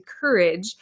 courage